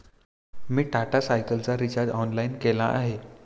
मी टाटा स्कायचा recharge online केला आहे